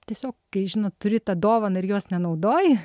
tiesiog kai žinot turi tą dovaną ir jos nenaudoji